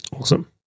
Awesome